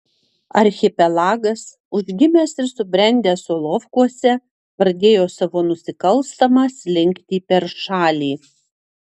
archipelagas užgimęs ir subrendęs solovkuose pradėjo savo nusikalstamą slinktį per šalį